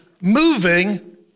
moving